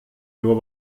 nur